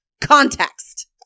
Context